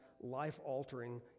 life-altering